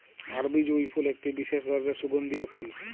আরবি জুঁই ফুল একটি বিসেস ধরলের সুগন্ধিও ফুল